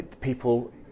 people